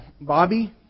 Bobby